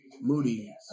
Moody